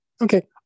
Okay